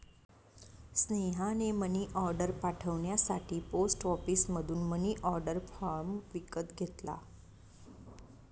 स्नेहाने मनीऑर्डर पाठवण्यासाठी पोस्ट ऑफिसमधून मनीऑर्डर फॉर्म विकत घेतला